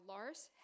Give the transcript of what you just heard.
Lars